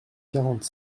quarante